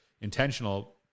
intentional